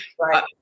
Right